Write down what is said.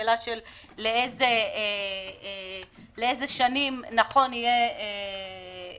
השאלה של לאיזה שנים נכון יהיה להשוות